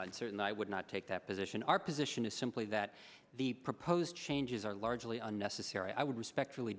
and certainly i would not take that position our position is simply that the proposed changes are largely unnecessary i would respectfully